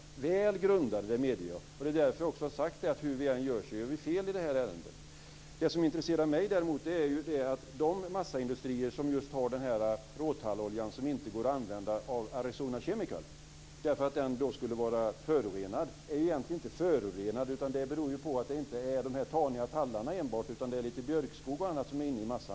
De var väl grundade, medger jag. Det är därför jag också har sagt att hur vi än gör, så gör vi fel i det här ärendet. Det som intresserar mig är däremot de massaindustrier som har en råtallolja som inte går att använda av Arizona Chemical därför att den skulle vara förorenad, vilket den egentligen inte är. Massan består inte enbart av taniga tallar utan också av lite björkskog och annat.